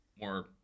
more